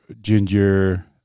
ginger